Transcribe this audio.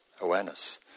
awareness